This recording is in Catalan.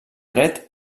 dret